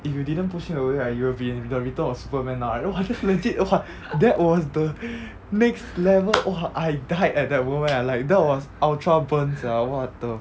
if you didn't push him away right you will be in the return of superman now I know !wah! legit !wah! that was the next level !wah! I died at that moment leh like that was ultra burn sia what the